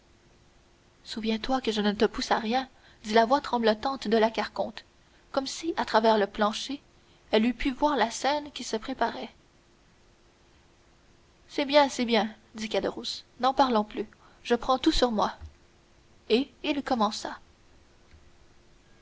souviens-toi que je ne te pousse à rien dit la voix tremblotante de la carconte comme si à travers le plancher elle eût pu voir la scène qui se préparait c'est bien c'est bien dit caderousse n'en parlons plus je prends tout sur moi et il commença